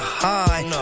high